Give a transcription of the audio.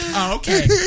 Okay